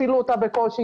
הצילו אותה בקושי.